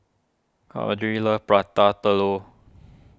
Claudette loves Prata Telur